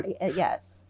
Yes